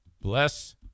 Bless